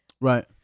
right